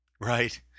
right